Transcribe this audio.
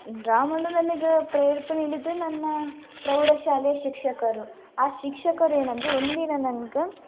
draw ಮಾಡದು ನನಗೆ ಪ್ರೇರೇಪಣೆ ನೀಡಿದ್ದು ನನ್ನ ಪ್ರಾಢಶಾಲೆ ಶಿಕ್ಷಕರು ಆ ಶಿಕ್ಷಕರೇನಂದರೆ ಒಂದಿನ ನನ್ಗೆ